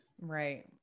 Right